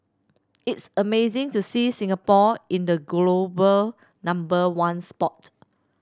it's amazing to see Singapore in the global number one spot